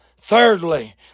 thirdly